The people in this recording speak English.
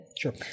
Sure